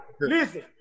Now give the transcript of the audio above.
listen